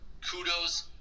kudos